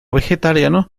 vegetariano